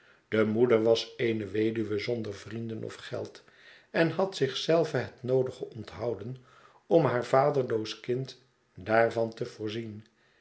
de moeder was eene weduwe zonder vrienden of geld en had zich zelve het noodige onthouden om haar vaderloos kind daarvan te voorzien